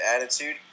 attitude